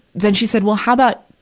then she said, well, how about,